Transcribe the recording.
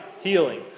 healing